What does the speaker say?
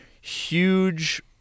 huge